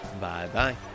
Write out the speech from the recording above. Bye-bye